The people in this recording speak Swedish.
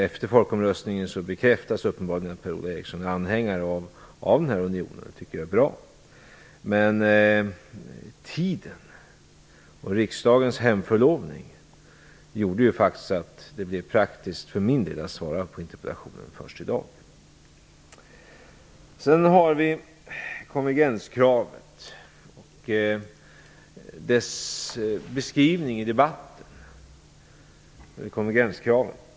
Efter folkomröstningen har det uppenbarligen bekräftats att Per-Ola Eriksson är anhängare av den här unionen. Det tycker jag är bra. Den knappa tiden och riksdagens hemförlovning gjorde faktiskt att det först i dag blev praktiskt möjligt för mig att svara på interpellationen. Jag skall också ta upp frågan om konvergenskraven och beskrivningen av dem i debatten.